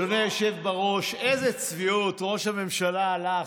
תִּפסו אותו באוזן,